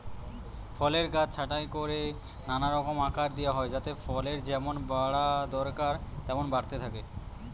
ফলের গাছ ছাঁটাই কোরে নানা রকম আকার দিয়া হয় যাতে ফলের যেমন বাড়া দরকার তেমন বাড়তে পারে